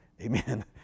Amen